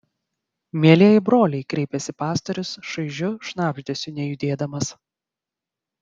mielieji broliai kreipėsi pastorius šaižiu šnabždesiu nejudėdamas